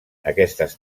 aquestes